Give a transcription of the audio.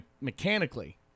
mechanically